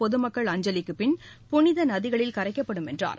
பொதுமக்கள் அஞ்சலிக்குப் பின் புனித நதிகளில் கரைக்கப்படும் என்றார்